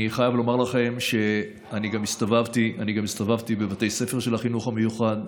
אני חייב לומר לכם שאני הסתובבתי גם בבתי ספר של החינוך המיוחד,